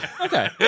Okay